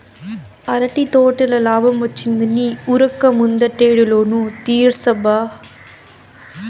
అరటి తోటల లాబ్మొచ్చిందని ఉరక్క ముందటేడు లోను తీర్సబ్బా